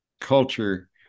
culture